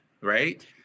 Right